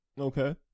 Okay